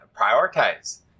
prioritize